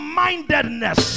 mindedness